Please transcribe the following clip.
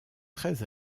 très